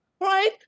right